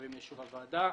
הצווים לאישור הוועדה.